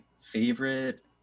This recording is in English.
favorite